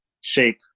shape